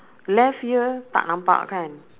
left ear tak nampak kan